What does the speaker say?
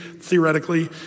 theoretically